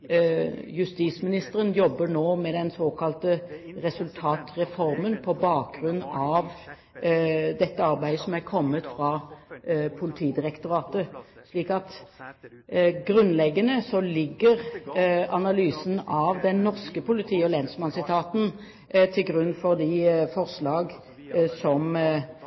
justisministeren jobber nå med den såkalte resultatreformen, på bakgrunn av dette arbeidet som er kommet fra Politidirektoratet. Så grunnleggende sett ligger analysen av den norske politi- og lensmannsetaten til grunn for de forslag som